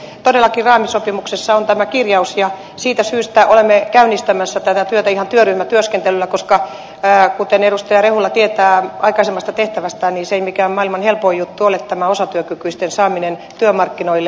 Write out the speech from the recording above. todellakin raamisopimuksessa on tämä kirjaus ja siitä syystä olemme käynnistämässä tätä työtä ihan työryhmätyöskentelyllä koska kuten edustaja rehula tietää aikaisemmasta tehtävästään niin ei mikään maailman helpoin juttu ole tämä osatyökykyisten saaminen työmarkkinoille